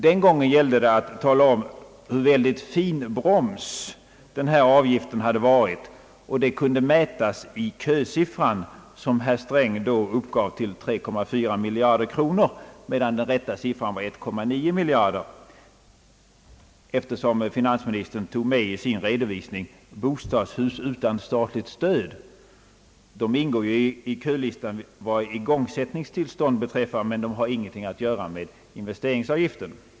Den gången gällde det att tala om hur fin broms den här avgiften hade varit, och det kunde mätas i kösiffran, som herr Sträng uppgav till 3,4 miljarder kronor. Den rätta siffran var 1,9 miljard kronor. Finansministern tog i sin redovisning med bostadshus utan statligt stöd, som ingår i kölistan vad igångsättningstillstånd beträffar men som ju ingenting har att göra med investeringsavgiften.